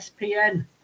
espn